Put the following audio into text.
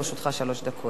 לרשותך שלוש דקות.